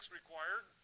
required